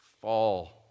fall